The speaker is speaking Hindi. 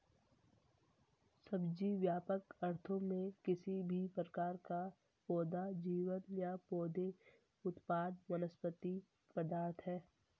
सब्जी, व्यापक अर्थों में, किसी भी प्रकार का पौधा जीवन या पौधे उत्पाद वनस्पति पदार्थ है